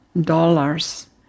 dollars